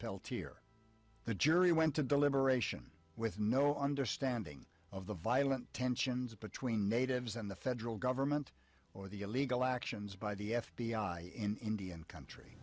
peltier the jury went to deliberation with no understanding of the violent tensions between natives and the federal government or the illegal actions by the f b i in indian country